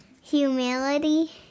humility